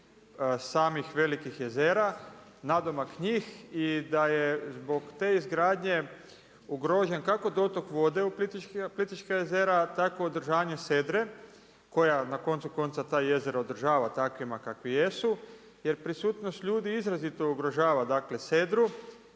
samih velikih jezera, nadomak njih i da je zbog te izgradnje ugrožen kako dotok vode u Plitvičkim jezera tako održanje sedre koja na koncu konca ta jezera odražava takvima kakvi jesu, jer prisutnost ljudi izrazito ugrožava dakle